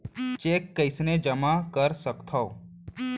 Cheque कईसने जेमा कर सकथो?